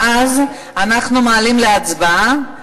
ואז אנחנו מעלים להצבעה,